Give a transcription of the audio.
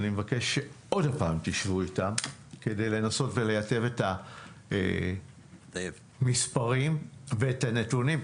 אני מבקש שעוד פעם תשבו איתם כדי לנסות ולטייב את המספרים ואת הנתונים,